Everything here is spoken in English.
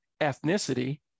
ethnicity